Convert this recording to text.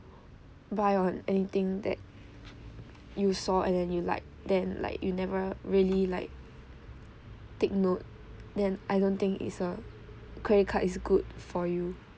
buy on anything that you saw and then you like then like you never really like take note then I don't think is a credit card is good for you